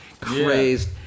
crazed